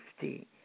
safety